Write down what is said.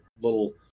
little